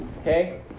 Okay